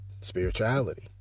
spirituality